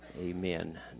Amen